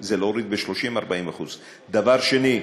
זה להוריד ב-30% 40%. דבר שני,